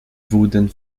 wurden